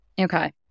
Okay